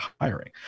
hiring